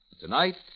Tonight